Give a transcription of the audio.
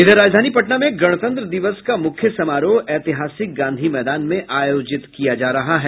इधर राजधानी पटना में गणतंत्र दिवस का मुख्य समारोह ऐतिहासिक गांधी मैदान में आयोजित किया जा रहा है